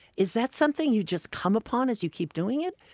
is that something you just come upon as you keep doing it,